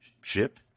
ship